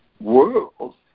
world